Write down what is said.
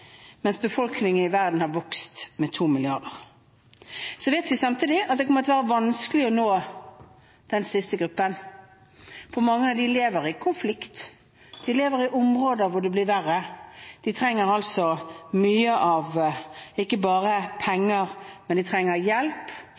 mens befolkningen i verden har vokst med 2 milliarder. Så vet vi samtidig at det kommer til å være vanskelig å nå den siste gruppen, for mange av dem lever i konfliktområder, de lever i områder hvor det blir verre. De trenger mye av ikke bare penger, men